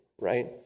right